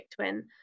twin